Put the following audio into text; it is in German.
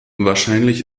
wahrscheinlich